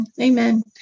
Amen